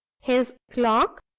his clock?